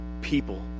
people